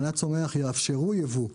הגנת הצומח יאפשרו ייבוא.